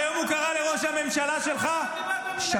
היום הוא קרא לראש הממשלה שלך שקרן,